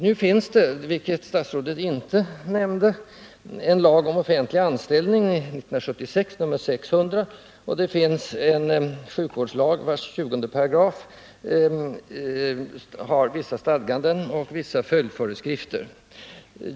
Nu finns det, vilket statsrådet inte nämnde, en lag om offentlig anställning, nr 1976:600. Tillsättning av läkartjänster regleras också av sjukvårdslagen, vars 20 § har vissa stadganden, och det finns därtill följdföreskrifter rörande detta.